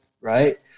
right